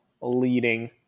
leading